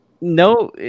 No